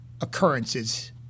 occurrences